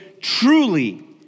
truly